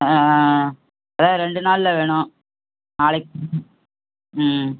ஆ அதான் ரெண்டு நாளில் வேணும் நாளைக்கு ம்